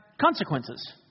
consequences